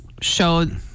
showed